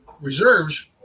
reserves